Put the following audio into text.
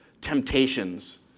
temptations